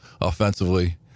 offensively